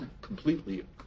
completely